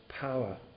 power